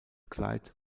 kleid